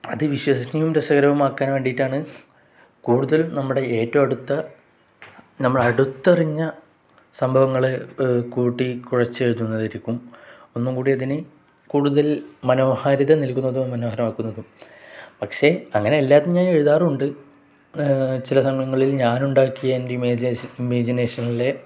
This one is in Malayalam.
അത് വിശ്വസനീയവും രസകരവുമാക്കാൻ വേണ്ടിയിട്ടാണ് കൂടുതൽ നമ്മുടെ ഏറ്റവും അടുത്ത നമ്മളെ അടുത്തറിഞ്ഞ സംഭവങ്ങൾ കൂട്ടി കുഴച്ചു എഴുതുന്നതായിരിക്കും ഒന്നും കൂടി അതിന് കൂടുതൽ മനോഹരിത നിൽകുന്നതും മനോഹരമാക്കുന്നതും പക്ഷെ അങ്ങനെ എല്ലാത്തിലും ഞാൻ എഴുതാറുണ്ട് ചില സമയങ്ങളിൽ ഞാനുണ്ടാക്കിയ എൻ്റെ ഇമേജിനേഷനിലെ